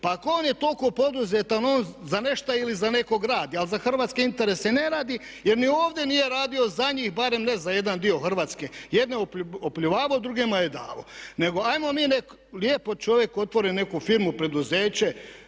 Pa ako on je toliko poduzetan, on za nešta ili za nekog radi, ali za hrvatske interese ne radi jer ni ovdje nije radio za njih, barem ne za jedan dio Hrvatske. Jedne je oplivavo, drugima je davo. Nego hajmo mi nek' lijepo čovjek otvori neku firmu, preduzeće,